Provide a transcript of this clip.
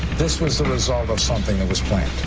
this was the result of something that was planned.